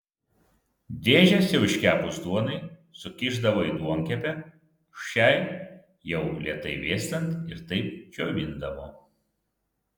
dėžes jau iškepus duonai sukišdavo į duonkepę šiai jau lėtai vėstant ir taip džiovindavo